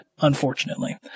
unfortunately